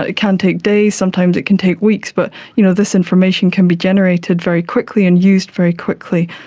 ah can take days, sometimes it can take weeks, but you know this information can be generated very quickly and used very quickly.